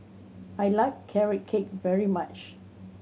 I like Carrot Cake very much